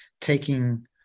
taking